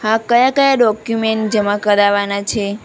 હા કયા કયા ડોક્યુમેન્ટ જમા કરાવવાનાં છે